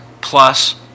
plus